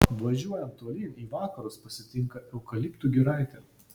važiuojant tolyn į vakarus pasitinka eukaliptų giraitė